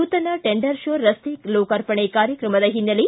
ನೂತನ ಟೆಂಡರ್ ಕ್ಕೂರ್ ರಸ್ತೆ ಲೋಕಾರ್ಪಣೆ ಕಾರ್ಯಕ್ರಮದ ಹಿನ್ನೆಲೆ